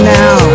now